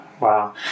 Wow